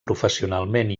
professionalment